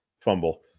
Fumble